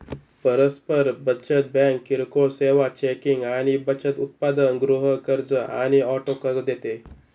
परस्पर बचत बँक किरकोळ सेवा, चेकिंग आणि बचत उत्पादन, गृह कर्ज आणि ऑटो कर्ज देते